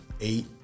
eight